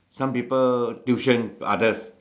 some people tuition others